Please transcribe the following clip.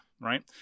right